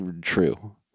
true